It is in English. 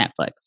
Netflix